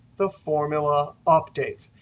the formula updates.